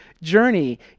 journey